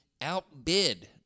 outbid